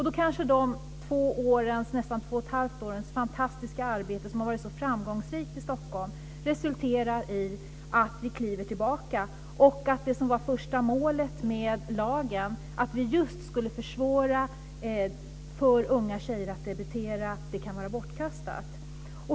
Då kanske de två och ett halvt årens fantastiska arbete som har varit så framgångsrikt i Stockholm resulterar i att vi kliver tillbaka och att första målet med lagen, just att försvåra för unga tjejer att debutera, kan vara bortkastat.